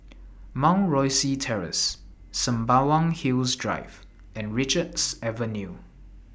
Mount Rosie Terrace Sembawang Hills Drive and Richards Avenue